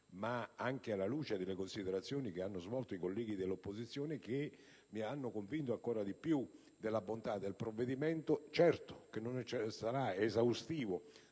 anche alla luce delle considerazioni svolte dai colleghi dell'opposizione, che mi sono convinto ancora di più della bontà del provvedimento che, se non sarà certamente